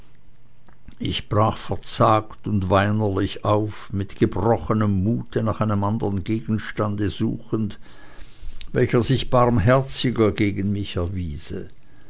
ich brach verzagt und weinerlich auf mit gebrochenem mute nach einem andern gegenstande suchend welcher sich barmherziger gegen mich erwiese